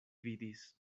vidis